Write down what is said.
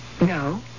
No